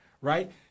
right